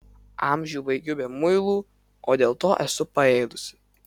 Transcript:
amžių baigiu be muilų o dėl to esu paėdusi